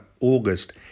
August